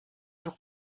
jours